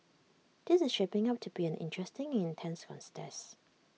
this is shaping up to be an interesting and intense cons test